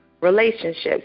relationships